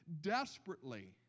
desperately